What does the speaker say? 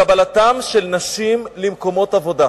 בקבלתן של נשים למקומות עבודה.